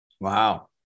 Wow